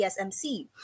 TSMC